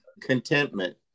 Contentment